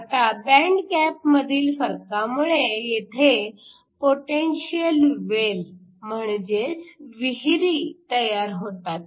आता band gap मधील फरकामुळे येथे पोटेन्शिअल वेल म्हणजेच विहीरी तयार होतात